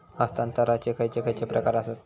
हस्तांतराचे खयचे खयचे प्रकार आसत?